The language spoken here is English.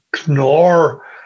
ignore